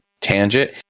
tangent